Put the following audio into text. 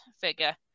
figure